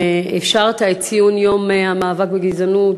על שאישרת את ציון יום המאבק בגזענות,